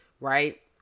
right